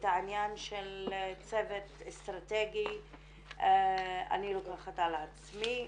את העניין של צוות אסטרטגי אני לוקחת על עצמי.